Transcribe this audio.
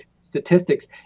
statistics